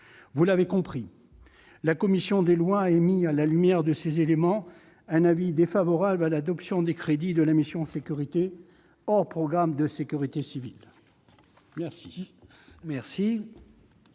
Vous l'avez compris, la commission des lois a émis, à la lumière de ces éléments, un avis défavorable à l'adoption des crédits de la mission « Sécurités » hors programme « Sécurité civile ». La